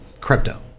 crypto